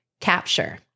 capture